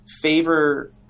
favor